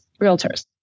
realtors